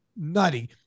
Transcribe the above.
nutty